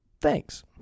thanks